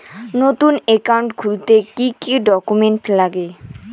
নতুন একাউন্ট খুলতে কি কি ডকুমেন্ট লাগে?